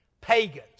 pagans